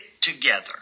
together